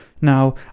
Now